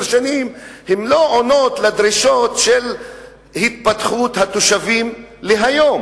שנים לא עונות על דרישות ההתפתחות של התושבים היום.